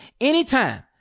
anytime